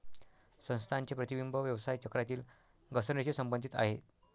संस्थांचे प्रतिबिंब व्यवसाय चक्रातील घसरणीशी संबंधित आहे